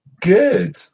good